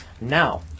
Now